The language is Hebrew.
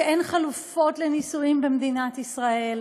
שאין חלופות לנישואים במדינת ישראל.